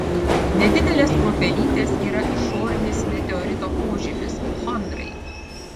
nedidelės kruopelytės yra išorinis meteorito požymis chondrai